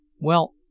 Well